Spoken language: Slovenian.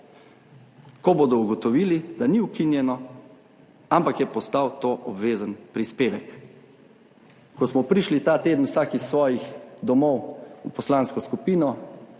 ko bodo ugotovili, da ni ukinjeno, ampak je postal to obvezen prispevek. Ko smo prišli ta teden vsak iz svojih domov v poslansko skupino,